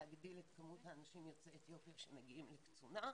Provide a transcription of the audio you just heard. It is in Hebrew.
להגדיל את כמות האנשים יוצאי אתיופיה שמגיעים לקצונה.